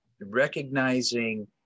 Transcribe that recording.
recognizing